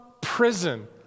prison